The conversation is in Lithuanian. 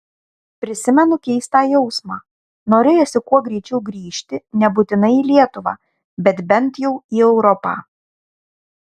prisimenu keistą jausmą norėjosi kuo greičiau grįžti nebūtinai į lietuvą bet bent jau į europą